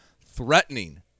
threatening